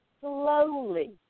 slowly